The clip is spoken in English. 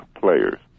players